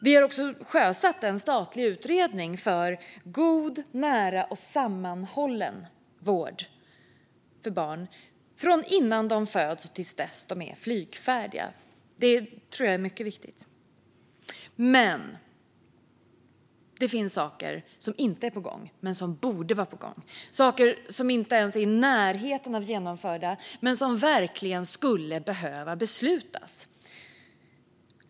Vi har också sjösatt en statlig utredning om en god, nära och sammanhållen vård för barn, från innan de föds till dess att de är flygfärdiga. Detta tror jag är mycket viktigt. Men det finns saker som inte är på gång men som borde vara det, saker som inte ens är i närheten av att vara genomförda men som verkligen skulle behöva beslutas.